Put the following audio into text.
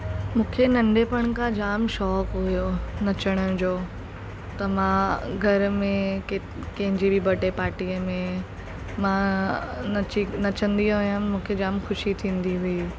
मूंखे नंढपुण खां जामु शौक़ु हुयो नचण जो त मां घर में के कंहिंजी बि बर्डे पार्टीअ में मां नची नचंदी हुयमि मूंखे जामु ख़ुशी थींदी हुई